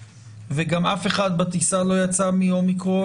וגם אף אחד בטיסה לא יצא מאומיקרון,